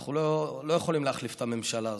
אנחנו לא יכולים להחליף את הממשלה הזאת,